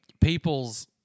people's